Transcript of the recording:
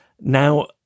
Now